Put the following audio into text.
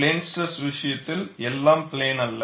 plane stress விஷயத்தில் எல்லாம் plane அல்ல